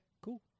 cool